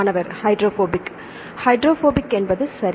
மாணவர் hydrophobic hydrophobic என்பது சரி